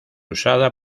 usada